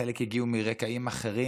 חלק הגיעו מרקעים אחרים,